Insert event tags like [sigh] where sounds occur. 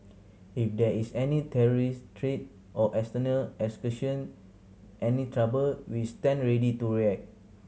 if there is any terrorist threat or external [unintelligible] any trouble we stand ready to react